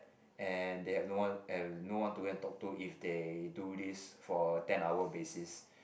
and they had no one and no one to go and talk to if they do this for a ten hour basis